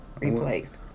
replays